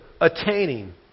attaining